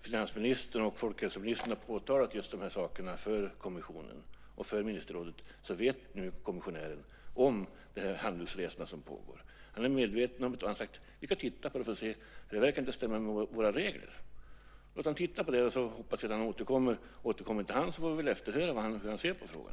finansministern och folkhälsoministern har påtalat detta för kommissionen och ministerrådet känner kommissionären till de handelsresor som pågår. Han är medveten om det och har sagt att man ska titta på det och att det inte verkar stämma med reglerna. Han ska titta på det. Vi hoppas att han återkommer. Om han inte återkommer får vi väl höra efter hur han ser på frågan.